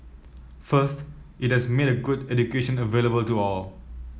first it has made a good education available to all